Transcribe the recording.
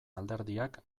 alderdiak